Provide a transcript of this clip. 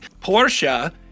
Portia